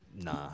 Nah